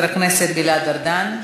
חבר הכנסת גלעד ארדן.